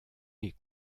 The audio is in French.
est